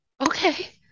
Okay